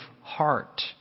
heart